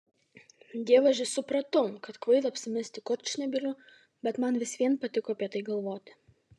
dievaži supratau kad kvaila apsimesti kurčnebyliu bet man vis vien patiko apie tai galvoti